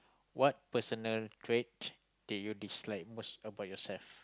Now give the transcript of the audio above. what personality trait did you dislike most about yourself